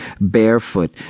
barefoot